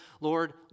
Lord